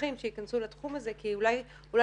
מתמחים שייכנסו לתחום הזה כי אולי חוששים.